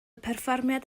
perfformiad